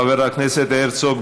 חבר הכנסת הרצוג,